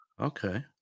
Okay